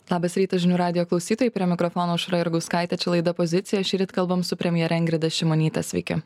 labas rytas žinių radijo klausytojai prie mikrofono aušra jurgauskaitė čia laida pozicija šįryt kalbam su premjere ingrida šimonyte sveiki